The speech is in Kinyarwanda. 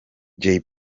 jay